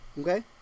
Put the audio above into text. okay